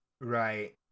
right